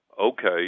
okay